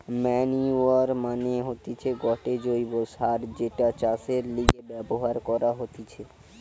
manure মানে হতিছে গটে জৈব্য সার যেটা চাষের লিগে ব্যবহার করা হতিছে